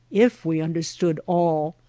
if we understood all,